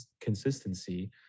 consistency